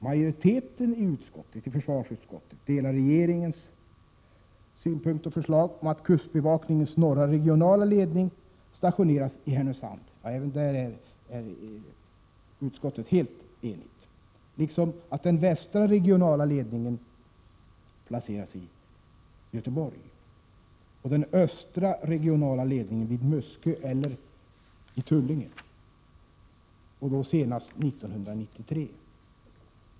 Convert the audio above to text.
Majoriteten i försvarsutskottet delar regeringens synpunkt och förslag att kustbevakningens norra regionledning stationeras i Härnösand. På den punkten är utskottet helt enigt, liksom också om att den västra regionledningen skall placeras i Göteborg och den östra regionledningen vid Muskö eller Tullinge senast år 1993.